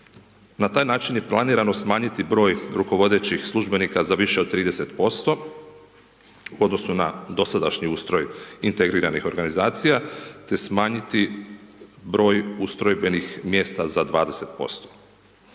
Na taj način je planirano smanjiti broj rukovodećih službenika za više od 30% u odnosu na dosadašnji ustroj integriranih organizacija, te smanjiti broj ustrojbenih mjesta za 20%.